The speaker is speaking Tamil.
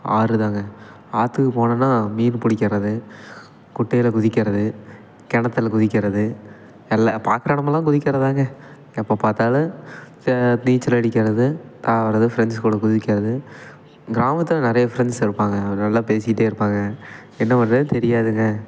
ஆறு தான்ங்க ஆற்றுக்கு போனேன்னா மீன் பிடிக்கறது குட்டையில் குதிக்கிறது கிணத்துல குதிக்கிறது எல்லாம் பாக்கிற இடமெல்லாம் குதிக்கிறது தான்ங்க எப்போ பார்த்தாலும் நீச்சல் அடிக்கிறது தாவுகிறது ஃப்ரெண்ட்ஸ் கூட குதிக்கிறது கிராமத்தில் நிறையா ஃப்ரெண்ட்ஸ் இருப்பாங்கங்க நல்லா பேசிக்கிட்டே இருப்பாங்க என்ன பண்றதுன்னு தெரியாதுங்க